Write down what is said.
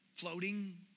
Floating